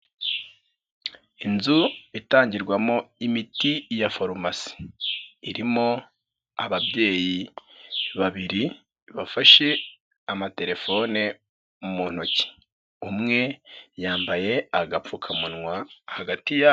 Inzu itangirwamo imiti ya farumasi irimo ababyeyi babiri, bafashe amatelefone mu ntoki umwe yambaye agapfukamunwa hagati ya.